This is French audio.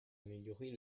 améliorer